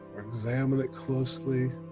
examine it closely,